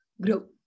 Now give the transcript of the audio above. grow